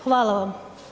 Hvala vam.